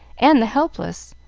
and the helpless.